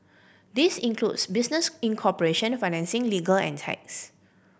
this includes business incorporation financing legal and tax